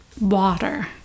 Water